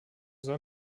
soll